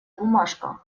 бумажка